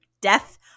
death